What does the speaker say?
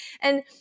And-